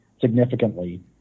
significantly